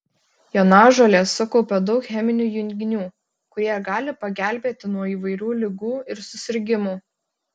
jonažolės sukaupia daug cheminių junginių kurie gali pagelbėti nuo įvairių ligų ir susirgimų